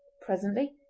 presently,